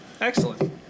Excellent